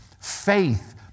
Faith